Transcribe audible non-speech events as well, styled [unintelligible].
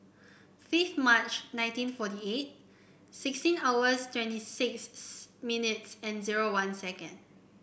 fifth March nineteen forty eight sixteen hours twenty six [unintelligible] minutes and zero one second